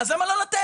אז למה לא לתת?